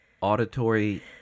auditory